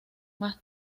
más